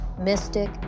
mystic